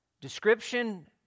description